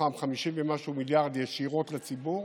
מתוכם 50 ומשהו מיליארד ישירות לציבור